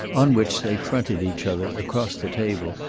on which they fronted each other, across the table,